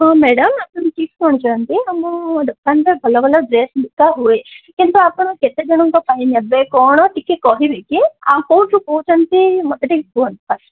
ହଁ ମ୍ୟାଡ଼ାମ୍ ଆପଣ ଠିକ୍ କହୁଛନ୍ତି ଆମ ଦୋକାନରେ ଭଲ ଭଲ ଡ୍ରେସ୍ ବିକା ହୁଏ କିନ୍ତୁ ଆପଣ କେତେ ଜଣଙ୍କ ପାଇଁ ନେବେ କ'ଣ ଟିକେ କହିବେ କି ଆଉ କେଉଁଠୁ କହୁଛନ୍ତି ମୋତେ ଟିକେ କୁହନ୍ତୁ ଫାର୍ଷ୍ଟ